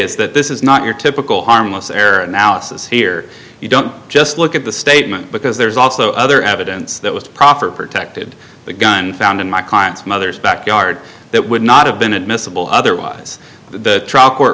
is that this is not your typical harmless error analysis here you don't just look at the statement because there's also other evidence that was proffered protected the gun found in my client's mother's backyard that would not have been admissible otherwise the tr